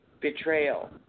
betrayal